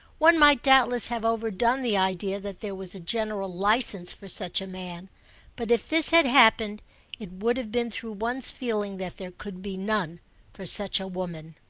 one might doubtless have overdone the idea that there was a general licence for such a man but if this had happened it would have been through one's feeling that there could be none for such a woman.